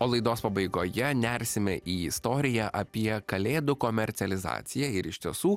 o laidos pabaigoje nersime į istoriją apie kalėdų komercializaciją ir iš tiesų